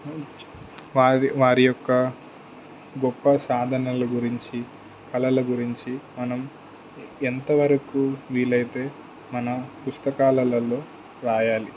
వారి వారి యొక్క గొప్ప సాధనల గురించి కలల గురించి మనం ఎంతవరకు వీలైతే మన పుస్తకాలలో రాయాలి